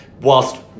Whilst